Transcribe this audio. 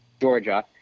Georgia